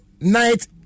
night